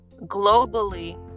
Globally